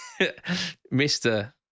Mr